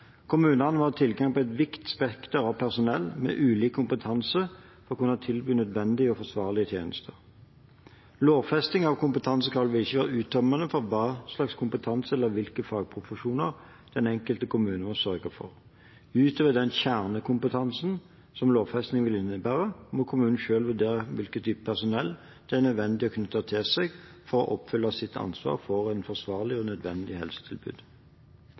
Kommunene må ha tilgang på et vidt spekter av personell, med ulik kompetanse, for å kunne tilby nødvendige og forsvarlige tjenester. Lovfesting av kompetansekrav vil ikke være uttømmende for hva slags kompetanse eller hvilke fagprofesjoner den enkelte kommune må sørge for. Utover den kjernekompetansen som lovfesting vil innebære, må kommunen selv vurdere hvilken type personell det er nødvendig å knytte til seg for å oppfylle sitt ansvar for et forsvarlig og nødvendig helsetilbud.